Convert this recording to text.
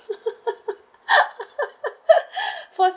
first